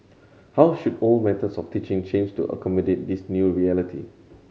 how should old methods of teaching change to accommodate this new reality